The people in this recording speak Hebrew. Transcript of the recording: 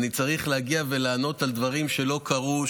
אני צריך להגיע ולענות על דברים שלא קרו,